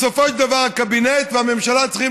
בסופו של דבר הקבינט והממשלה צריכים